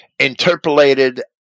interpolated